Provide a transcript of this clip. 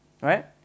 Right